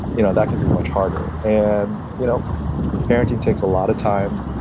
you know that can be much harder, and you know parenting takes a lot of time.